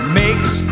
makes